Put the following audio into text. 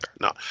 No